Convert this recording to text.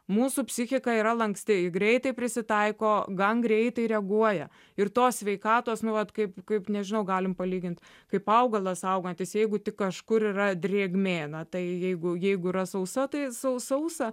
mūsų psichika yra lanksti ji greitai prisitaiko gan greitai reaguoja ir tos sveikatos nu vat kaip kaip nežinau galim palygint kaip augalas augantis jeigu tik kažkur yra drėgmė tai jeigu jeigu yra sausa tai sau sausa